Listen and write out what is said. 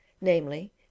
namely